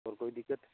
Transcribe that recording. और कोई दिक्कत